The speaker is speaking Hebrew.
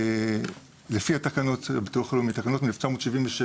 לפי תקנות הביטוח הלאומי מ-1976,